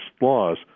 laws